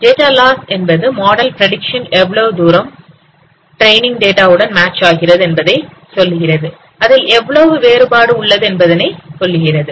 data loss என்பது model prediction எவ்வளவு தூரம் ட்ரெய்னிங் டேட்டா உடன் மேட்ச் ஆகிறது அதில் எவ்வளவு வேறுபாடு உள்ளது என்பதனை சொல்கிறது